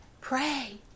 pray